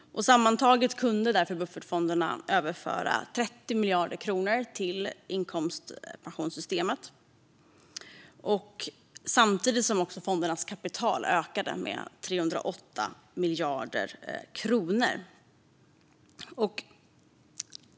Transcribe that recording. Sammantaget kunde därför buffertfonderna överföra 30 miljarder till inkomstpensionssystemet, samtidigt som fondernas kapital ökade med 308 miljarder kronor.